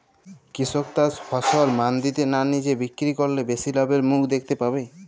কৃষক তার ফসল মান্ডিতে না নিজে বিক্রি করলে বেশি লাভের মুখ দেখতে পাবে?